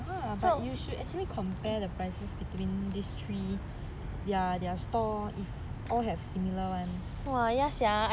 !huh! but you should actually compare the prices between these three ya their store if all have similar ones